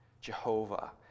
Jehovah